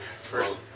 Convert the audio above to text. First